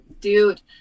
dude